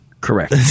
Correct